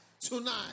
tonight